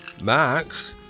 Max